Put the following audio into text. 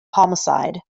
homicide